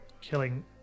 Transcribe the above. killing